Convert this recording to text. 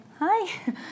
Hi